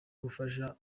gufasha